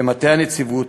ומטה הנציבות,